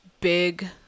big